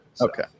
Okay